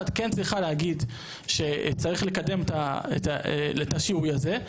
כן צריכה להגיד שצריך לקדם את השיהוי הזה,